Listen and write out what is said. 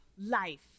life